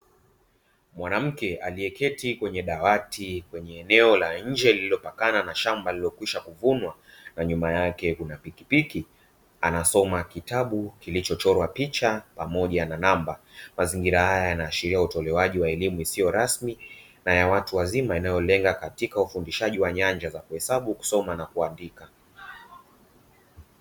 Mwanamke aliyeketi kwenye dawati kwenye eneo la nje lililopakwna na shamba lililokwishakuvunwa na nyuma yake kuna pikipiki, anasoma kitabu kilichochorwa picha pamoja na namba. Mazingira haya yanaashiria utolewaji wa elimu isio rasmi na ya watu wazima inayolenga katika ufundishaji wa nyanja za kuhesabu, kusoma na kuandika.